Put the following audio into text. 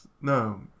No